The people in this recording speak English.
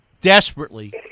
desperately